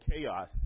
chaos